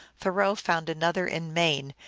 thoreau found another in maine,